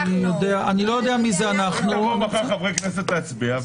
יבואו חברי כנסת להצביע.